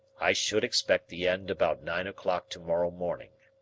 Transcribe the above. i should expect the end about nine o'clock to-morrow morning.